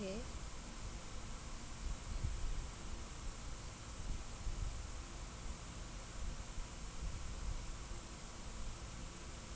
okay